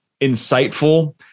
insightful